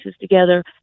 together